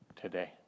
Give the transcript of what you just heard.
today